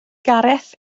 gareth